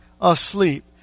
asleep